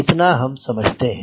इतना हम समझते हैं